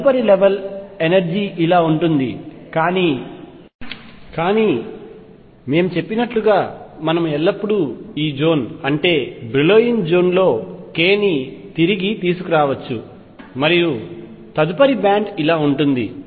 తదుపరి level energy ఇలా ఉంటుంది కానీ మేము చెప్పినట్లుగా మనము ఎల్లప్పుడూ ఈ జోన్ అంటే బ్రిలోయిన్ జోన్లో k ని తిరిగి తీసుకురావచ్చు మరియు తదుపరి బ్యాండ్ ఇలా ఉంటుంది